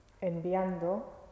enviando